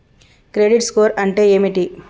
Credit score అంటే ఏమిటి?